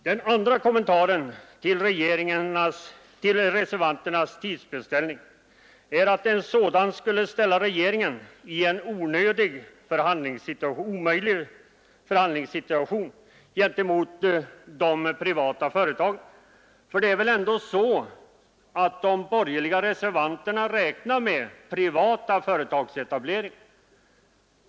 Den andra kommentaren till reservanternas tidsbestämning som jag skulle vilja göra är att en sådan skulle ställa regeringen i en omöjlig förhandlingssituation gentemot de privata företagen. Det är väl ändå så att de borgerliga reservanterna räknar med privat företagsetablering.